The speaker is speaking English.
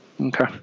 Okay